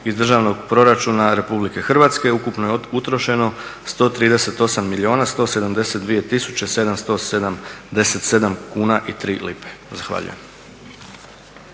iz Državnog proračuna RH ukupno je utrošeno 138 milijuna 172 tisuće 777 kuna i 3 lipe. Zahvaljujem.